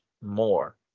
more